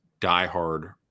diehard